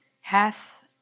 hath